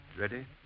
Ready